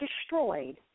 destroyed